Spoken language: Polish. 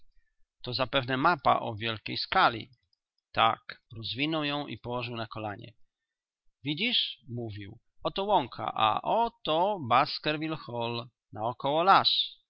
to zapewne mapa o wielkiej skali tak rozwinął ją i położył na kolanie widzisz mówił oto łąka a to baskerville hall